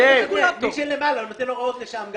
מי שלמעלה, נותן הוראות גם לשם.